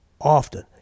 Often